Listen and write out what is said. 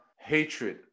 hatred